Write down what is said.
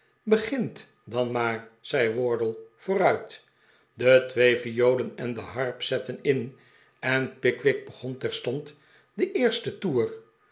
begint dan maar zei wardle vooruit de twee violen en de harp zetten in en pickwick begon terstond den eersten toer